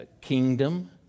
kingdom